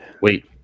Wait